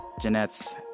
Jeanette's